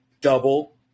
double